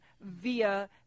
via